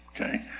okay